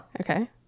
Okay